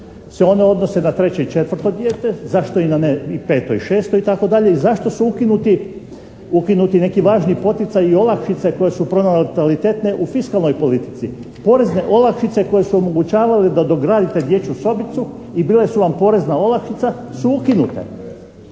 se one odnose na treće i četvrto dijete, zašto ne i na peto i šesto itd.? i zašto su ukinuti neki važni poticaji i olakšice koje su pronatalitetne u fiskalnoj politici? Porezne olakšice koje su omogućavale da dogradite dječju sobicu i bile su vam porezna olakšica su ukinute.